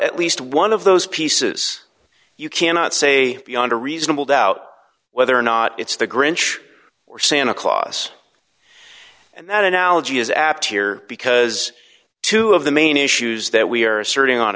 at least one of those pieces you cannot say beyond a reasonable doubt whether or not it's the grinch or santa claus and that analogy is apt here because two of the main issues that we are asserting on